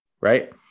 right